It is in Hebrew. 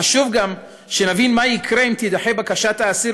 חשוב גם שנבין מה יקרה אם תידחה בקשת האסיר